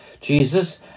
Jesus